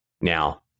Now